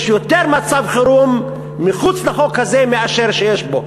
יש יותר מצב חירום מחוץ לחוק הזה מאשר יש בו.